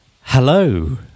Hello